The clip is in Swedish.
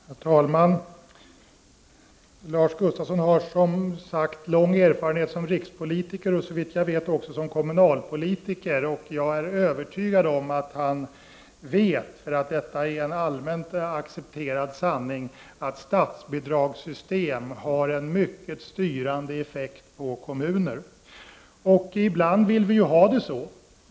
Herr talman! Lars Gustafsson har som sagt lång erfarenhet som rikspolitiker, och såvitt jag vet också som kommunalpolitiker. Jag är övertygad om att han vet — detta är ju en allmänt accepterad sanning — att statsbidragssystem har en mycket starkt styrande effekt på kommuner. Ibland vill vi ha det så.